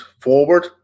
forward